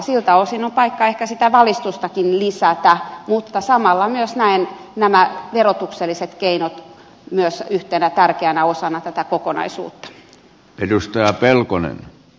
siltä osin on paikka ehkä sitä valistustakin lisätä mutta samalla myös näen nämä verotukselliset keinot yhtenä tärkeänä osana tätä kokonaisuutta